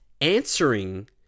answering